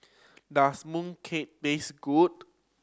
does mooncake taste good